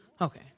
okay